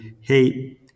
hey